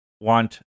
want